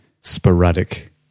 sporadic